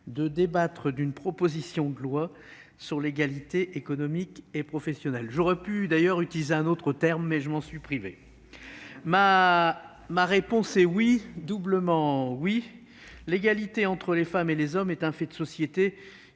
de débattre d'une proposition de loi sur l'égalité économique et professionnelle ? J'aurais pu d'ailleurs utiliser un autre terme, mais je m'en suis privé ... Ma réponse est « oui », doublement « oui »: l'égalité entre les femmes et les hommes est un fait de société